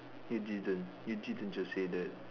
you didn't you didn't just say that